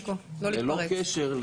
לא להתפרץ.